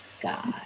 God